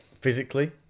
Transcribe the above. physically